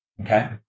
okay